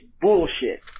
bullshit